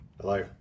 Hello